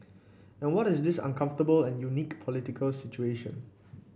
and what is this uncomfortable and unique political situation